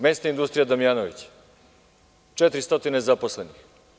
Mesna industrija Damjanović“ – 400 zaposlenih.